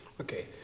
Okay